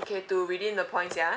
okay to redeem the points ya